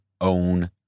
Own